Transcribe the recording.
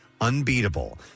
unbeatable